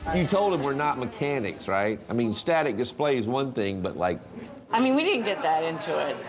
you told him we're not mechanics, right? i mean, static display is one thing, but like i mean, we didn't get that into it.